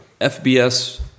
FBS